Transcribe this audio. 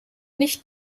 nicht